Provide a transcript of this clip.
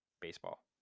baseball